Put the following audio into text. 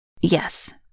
Yes